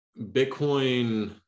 Bitcoin